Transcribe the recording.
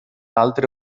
altre